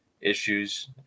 issues